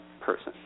person